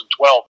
2012